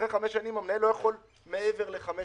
המנהל לא יכול מעבר לחמש